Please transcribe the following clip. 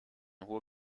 hohe